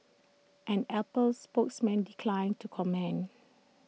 an Apple spokesman declined to comment